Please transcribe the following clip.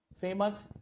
famous